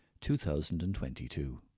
2022